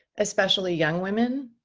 especially young women,